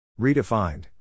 Redefined